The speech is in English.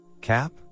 Cap